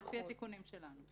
לפי התיקונים שלנו.